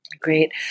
Great